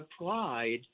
applied